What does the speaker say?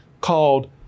called